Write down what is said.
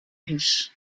riche